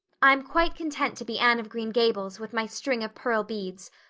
i'm quite content to be anne of green gables, with my string of pearl beads.